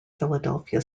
philadelphia